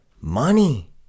money